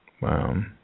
Wow